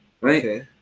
right